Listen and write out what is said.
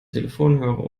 telefonhörer